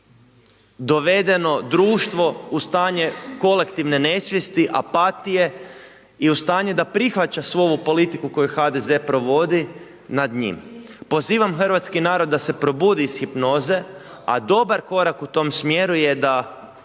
dovedeno društvo u stanje kolektivne nesvijesti, apatije i u stanje da prihvaća svu ovu politiku koju ovaj HDZ provodi nad njim. Pozivam hrvatski narod da se probudi iz hipnoze, a dobar korak u tom smjeru je da